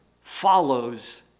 follows